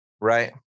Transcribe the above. Right